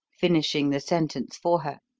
finishing the sentence for her.